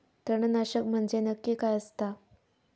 तणनाशक म्हंजे नक्की काय असता?